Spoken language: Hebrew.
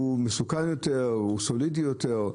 שהוא מסוכן יותר או סולידי יותר?